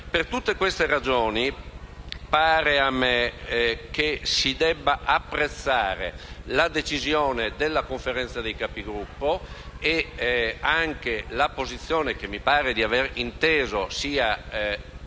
Per tutte queste ragioni, mi pare che si debba apprezzare la decisione della Conferenza dei Capigruppo e anche la posizione che mi pare aver inteso sia